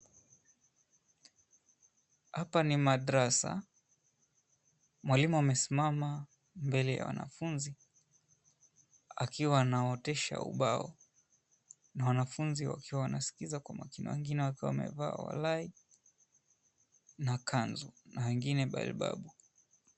Hapa ni madrasa, mwalimu amesimama mbele ya wanafunzi akiwa anawaotesha ubao na wanafunzi wakiwa wanaskiza kwa makini wengine wakiwa wamevaa }cs]walah na kanzu na wengine balbabu .